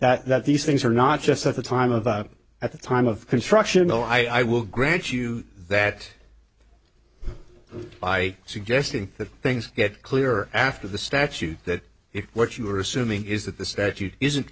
clear that these things are not just at the time of at the time of construction bill i will grant you that i suggesting that things get clearer after the statute that if what you are assuming is that the statute isn't